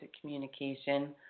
communication